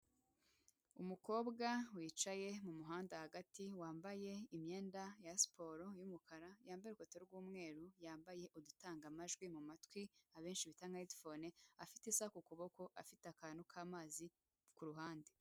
Umukobwa wicaye mu muhanda hagati wambaye imyenda ya siporo y'umukara, yambaye urukweto rw'umweru, yambaye udutanga amajwi mu matwi abenshi bita headphone, afite isaha ku kuboko, afite akantu k'amazi ku ruhande.